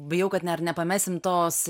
bijau kad ar nepamesim tos